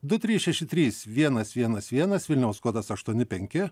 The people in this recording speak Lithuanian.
du trys šeši trys vienas vienas vienas vilniaus kodas aštuoni penki